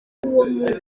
mugore